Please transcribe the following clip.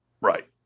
Right